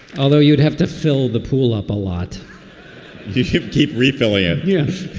although you'd have to fill the pool up a lot to keep keep refilling yes,